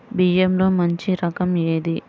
బియ్యంలో మంచి రకం ఏది?